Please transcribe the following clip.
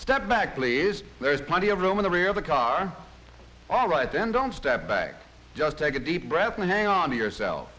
step back please there's plenty of room in the rear of the car all right then don't step back just take a deep breath and hang on to yourself